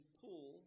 pool